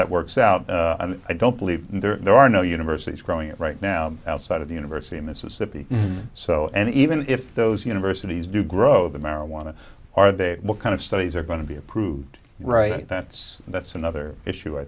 that works out i don't believe there are no universities growing it right now outside of the university of mississippi so and even if those universities do grow the marijuana are they look kind of studies are going to be approved right that's that's another issue i